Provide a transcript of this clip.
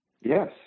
Yes